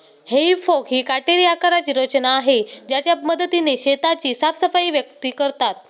हेई फोक ही काटेरी आकाराची रचना आहे ज्याच्या मदतीने शेताची साफसफाई व्यक्ती करतात